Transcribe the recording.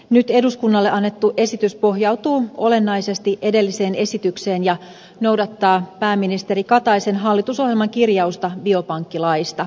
nyt eduskunnalle annettu esitys pohjautuu olennaisesti edelliseen esitykseen ja noudattaa pääministeri kataisen hallitusohjelman kirjausta biopankkilaista